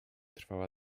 trwała